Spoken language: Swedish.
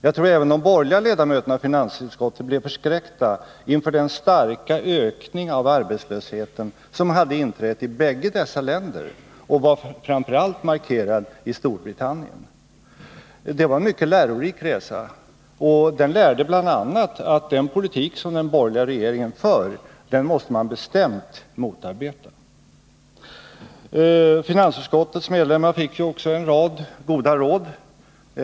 Jag tror att även de borgerliga ledamöterna av finansutskottet blev förskräckta inför den starka ökning av arbetslösheten som hade inträffat i bägge dessa länder och som var markant framför allt i Storbritannien. Det var en mycket lärorik resa — den lärde oss bl.a. att den politik som den borgerliga regeringen för måste man bestämt motarbeta. Finansutskottets medlemmar fick också en rad goda råd.